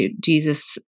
Jesus